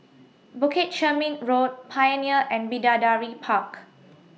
Bukit Chermin Road Pioneer and Bidadari Park